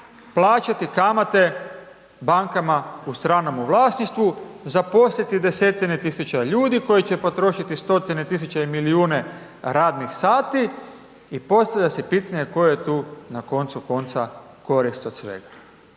plaćati kamate bankama u stranome vlasništvu, zaposliti 10-tine tisuća ljudi koji će potrošiti 100-tine tisuća i milijune radnih sati i postavlja se pitanje koja je tu na koncu konca korist od svega.